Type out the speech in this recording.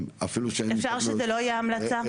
אפילו --- אפשר שזה לא תהיה המלצה?